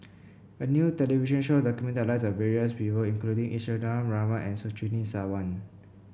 a new television show documented the lives of various people including Isadhora Mohamed and Surtini Sarwan